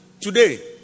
Today